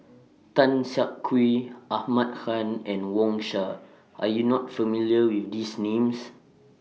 Tan Siak Kew Ahmad Khan and Wang Sha Are YOU not familiar with These Names